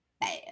bad